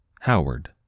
Howard